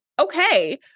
okay